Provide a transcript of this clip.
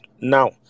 now